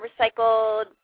recycled